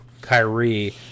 Kyrie